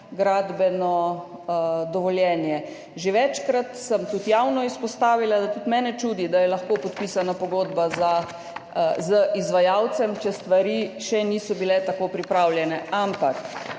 gradbeno dovoljenje. Že večkrat sem tudi javno izpostavila, da tudi mene čudi, da je lahko podpisana pogodba z izvajalcem, če stvari še niso bile tako pripravljene. Ampak